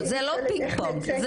זה לא פינג פונג,